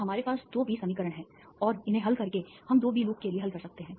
तो हमारे पास 2 बी समीकरण हैं और इन्हें हल करके हम 2 B लूप के लिए हल कर सकते हैं